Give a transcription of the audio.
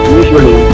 usually